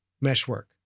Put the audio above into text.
meshwork